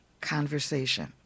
conversation